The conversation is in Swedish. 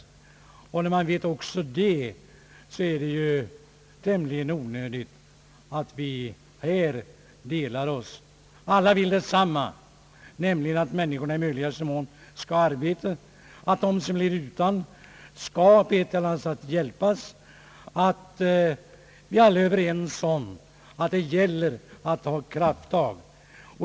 Då är det tämligen onödigt att vi delar oss i olika läger. Alla vill ju detsamma, nämligen att människorna i möjligaste mån skall ha arbete, att de som blir utan arbete på ett eller annat sätt skall hjälpas och att det gäller att ta krafttag.